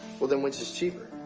but then, which is cheaper?